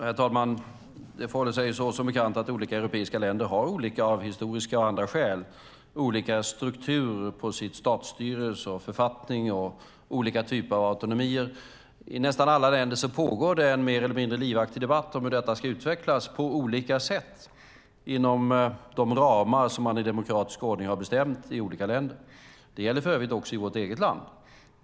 Herr talman! Det förhåller sig så, som bekant, att olika europeiska länder av historiska och andra skäl har olika struktur på sitt statsstyre och sin författning och olika typer av autonomier. I nästan alla länder pågår det en mer eller mindre livaktig debatt om hur detta ska utvecklas på olika sätt inom de ramar som man i demokratisk ordning har bestämt i olika länder. Det gäller för övrigt också i vårt eget land.